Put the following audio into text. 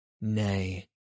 Nay